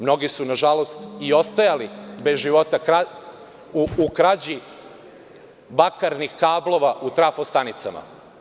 Mnogi su, nažalost, i ostajali bez života u krađi bakarnih kablova u trafo-stanicama.